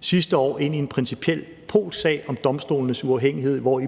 sidste år ind i en principiel polsk sag om domstolenes uafhængighed, hvori